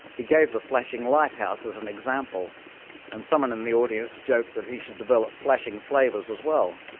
he gave the flashing lighthouse as an example and someone in the audience joked that he should develop flashing flavours as well.